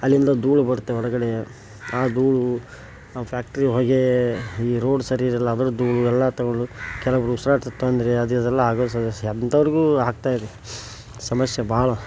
ಅಲ್ಲಿಂದ ಧೂಳು ಬರುತ್ತೆ ಹೊರಗಡೆ ಆ ಧೂಳು ಆ ಫ್ಯಾಕ್ಟ್ರಿ ಹೊಗೆ ಈ ರೋಡ್ ಸರಿ ಇರೋಲ್ಲ ಅದರ ಧೂಳು ಎಲ್ಲ ತೊಗೊಳ್ಳೊ ಕೆಲವೊಬ್ಬರು ಉಸಿರಾಟದ ತೊಂದರೆ ಅದು ಇದೆಲ್ಲ ಆಗೋ ಸಮಸ್ಯೆ ಅಂತವ್ರಿಗೂ ಆಗ್ತಾಯಿದೆ ಸಮಸ್ಯೆ ಭಾಳ